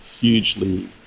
hugely